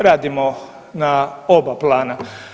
Radimo na oba plana.